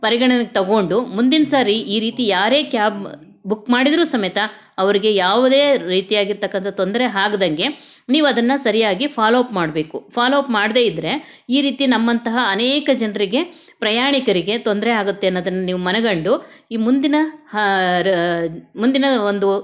ಪರಿಗಣನೆಗೆ ತೊಗೊಂಡು ಮುಂದಿನ ಸಾರಿ ಈ ರೀತಿ ಯಾರೇ ಕ್ಯಾಬ್ ಬುಕ್ ಮಾಡಿದರೂ ಸಮೇತ ಅವ್ರಿಗೆ ಯಾವುದೇ ರೀತಿಯಾಗಿರತಕ್ಕಂಥ ತೊಂದರೆ ಆಗ್ದಂಗೆ ನೀವು ಅದನ್ನು ಸರಿಯಾಗಿ ಫಾಲೋ ಅಪ್ ಮಾಡಬೇಕು ಫಾಲೋ ಅಪ್ ಮಾಡದೇ ಇದ್ದರೆ ಈ ರೀತಿ ನಮ್ಮಂತಹ ಅನೇಕ ಜನರಿಗೆ ಪ್ರಯಾಣಿಕರಿಗೆ ತೊಂದರೆ ಆಗುತ್ತೆ ಅನ್ನೋದನ್ನು ನೀವು ಮನಗಂಡು ಈ ಮುಂದಿನ ಹ ರ ಮುಂದಿನ ಒಂದು